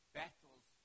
battles